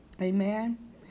amen